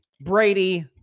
Brady